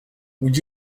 would